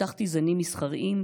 פיתחתי זנים מסחריים,